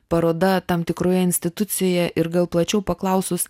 paroda tam tikroje institucijoje ir gal plačiau paklausus